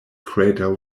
crater